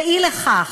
ואי לכך,